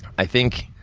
i think